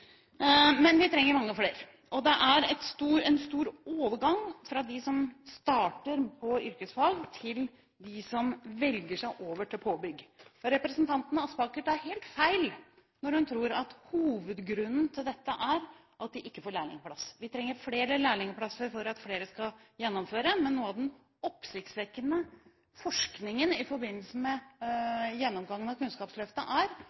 Men vi trenger mange flere. Det er en stor overgang fra dem som starter på yrkesfag, til dem som velger seg over til påbygg, og representanten Aspaker tar helt feil når hun tror at hovedgrunnen til dette er at de ikke får lærlingplass. Vi trenger flere lærlingplasser for at flere skal gjennomføre. Noe av den oppsiktsvekkende forskningen i forbindelse med gjennomgangen av Kunnskapsløftet er